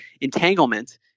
entanglement